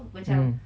mm